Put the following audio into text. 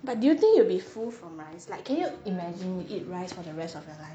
but do you think you'll be full from rice like can you imagine you eat rice for the rest of your life